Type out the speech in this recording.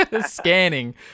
Scanning